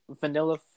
vanilla